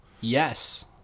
Yes